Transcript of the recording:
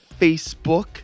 Facebook